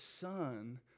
son